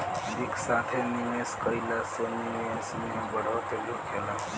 एक साथे निवेश कईला से निवेश में बढ़ोतरी होखेला